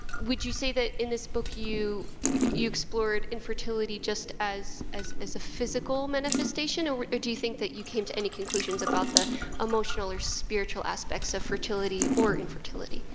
would you say that in this book you, you explored infertility infertility just as as as a physical manifestation? or or do you think that you came to any conclusions about the emotional or spiritual aspects of fertility or infertility?